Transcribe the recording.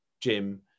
Jim